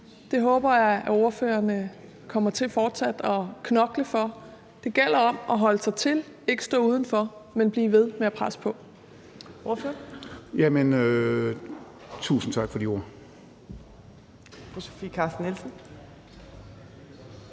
Det håber jeg at ordførerne kommer til fortsat at knokle for. Det gælder om at holde sig til, ikke stå udenfor, men blive ved med at presse på.